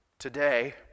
Today